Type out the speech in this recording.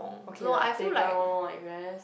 okay lah playground lor I guess